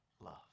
love